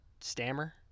Stammer